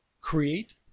create